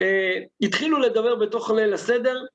התחילו לדבר בתוך ליל הסדר.